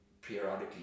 periodically